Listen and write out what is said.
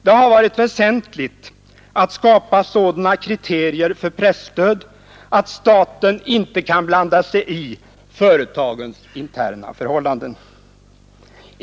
Det har varit väsentligt att skapa sådana kriterier för presstöd att staten inte kan blanda sig i företagens interna förhållanden.